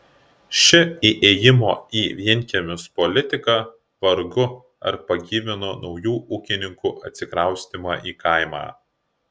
ši ėjimo į vienkiemius politika vargu ar pagyvino naujų ūkininkų atsikraustymą į kaimą